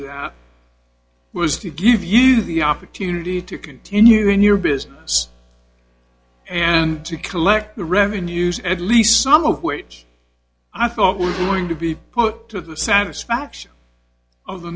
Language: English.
that was to give you the opportunity to continue in your business and to collect the revenues at least some of wage i thought were going to be put to the satisfaction of the